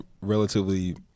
relatively